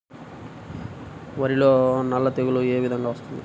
వరిలో సల్ల తెగులు ఏ విధంగా వస్తుంది?